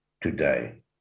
today